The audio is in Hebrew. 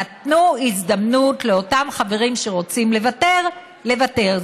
נתנו הזדמנות לאותם חברים שרצו לוותר, לוותר.